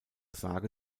sage